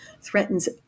threatens